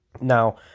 Now